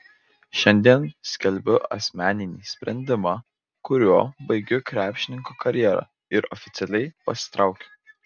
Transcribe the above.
šiandien skelbiu asmeninį sprendimą kuriuo baigiu krepšininko karjerą ir oficialiai pasitraukiu